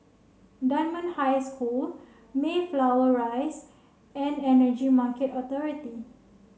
Dunman High School Mayflower Rise and Energy Market Authority